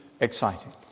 exciting